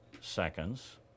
seconds